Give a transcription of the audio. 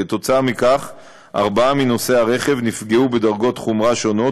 כתוצאה מכך ארבעה מנוסעי הרכב נפגעו בדרגות חומרה שונות,